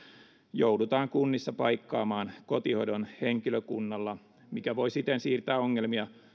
joudutaan kunnissa paikkaamaan kotihoidon henkilökunnalla mikä voi siten siirtää ongelmia